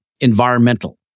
environmental